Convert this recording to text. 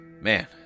man